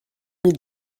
mille